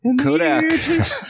Kodak